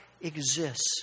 exists